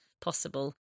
possible